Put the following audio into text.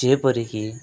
ଯେପରି କି